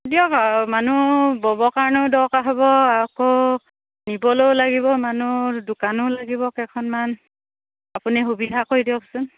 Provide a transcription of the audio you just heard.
দিয়ক আৰু মানুহ ব'বৰ কাৰণেও দৰকাৰ হ'ব আকৌ নিবলেও লাগিব মানুহ দোকানো লাগিব কেইখনমান আপুনি সুবিধা কৰি দিয়কচোন